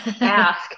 Ask